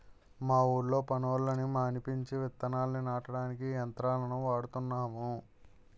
మా ఊళ్ళో పనోళ్ళని మానిపించి విత్తనాల్ని నాటడానికి యంత్రాలను వాడుతున్నాము